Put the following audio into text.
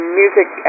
music